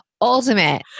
ultimate